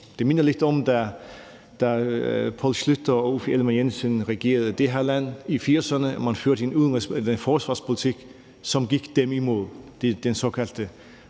Det minder lidt om, da Poul Schlüter og Uffe Ellemann-Jensen regerede det her land i 1980'erne, og man førte en forsvarspolitik, som gik dem imod, den såkaldte